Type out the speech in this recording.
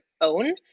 own